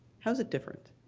how is it different?